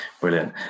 Brilliant